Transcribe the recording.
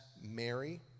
Mary